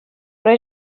però